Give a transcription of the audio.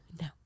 No